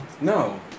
No